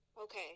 Okay